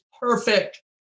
Perfect